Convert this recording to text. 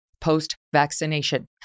post-vaccination